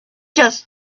just